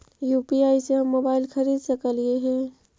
UPI से हम mobile खरिद सकलिऐ है